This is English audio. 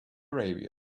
arabia